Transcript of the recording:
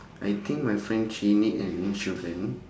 I think my friend she need an insurance